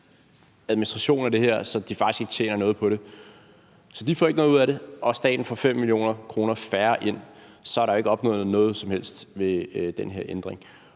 regnskab med det her, at de faktisk ikke tjener noget på det. Så de får ikke noget ud af det, og staten får 5 mio. kr. færre ind. Så er der jo ikke opnået noget som helst ved den her ændring.